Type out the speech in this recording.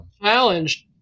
challenged